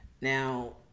Now